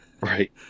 Right